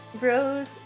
rose